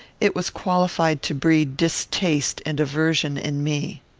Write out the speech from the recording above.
it was qualified to breed distaste and aversion in me.